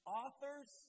authors